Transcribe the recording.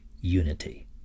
unity